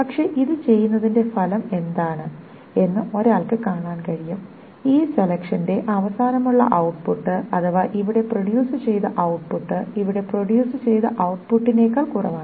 പക്ഷേ ഇത് ചെയ്യുന്നതിന്റെ ഫലം എന്താണ് എന്ന് ഒരാൾക്ക് കാണാൻ കഴിയും ഈ സെലെക്ഷൻറെ അവസാനമുള്ള ഔട്ട്പുട്ട് അഥവാ ഇവിടെ പ്രൊഡ്യൂസ് ചെയ്ത ഔട്ട്പുട്ട് ഇവിടെ പ്രൊഡ്യൂസ് ചെയ്ത ഔട്ട്പുട്ടിനെക്കാൾ വളരെ കുറവാണ്